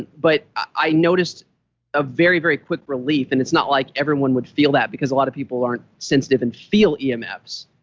but i noticed a very, very quick relief, and it's not like everyone would feel that because a lot of people aren't sensitive and feel emfs.